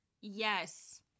yes